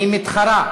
והיא מתחרה,